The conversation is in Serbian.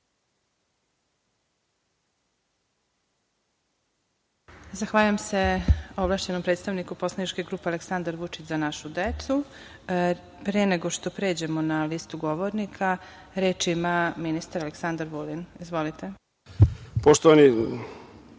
Zahvaljujem se ovlašćenom predstavniku poslaničke grupe Aleksandar Vučić – Za našu decu. Pre nego što pređemo na listu govornika, reč ima ministar Aleksandar Vulin. Izvolite.